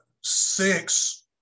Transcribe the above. six